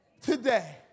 Today